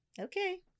Okay